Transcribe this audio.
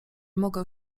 mogę